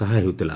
ସାହା ହେଉଥିଲା